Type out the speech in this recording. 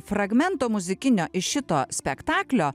fragmento muzikinio iš šito spektaklio